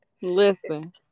Listen